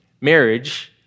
Marriage